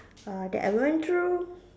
uh that I went through